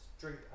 drink